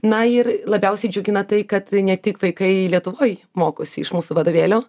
na ir labiausiai džiugina tai kad ne tik vaikai lietuvoj mokosi iš mūsų vadovėlio